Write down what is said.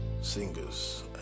singers